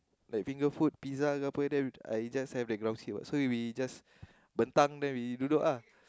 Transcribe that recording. the finger food pizza ke apa I just have the ground sheet so we just bentang then we duduk